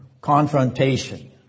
confrontation